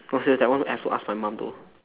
no serious that one I have to ask my mum though